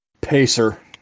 Pacer